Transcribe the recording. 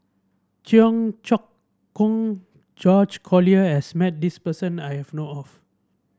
Cheong Choong Kong George Collyer has met this person that I know of